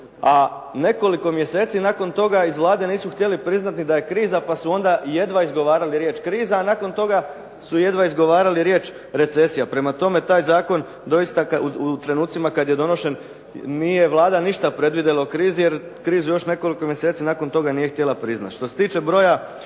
a nekoliko mjeseci nakon toga iz Vlade nisu htjeli priznati ni da je kriza, pa su onda jedva izgovarali riječ kriza. A nakon toga su jedva izgovarali riječ recesija. Prema tome, taj zakon doista u trenucima kada je donošen nije Vlada predvidjela o krizi, jer krizu još nekoliko mjeseci nakon toga nije htjela priznati.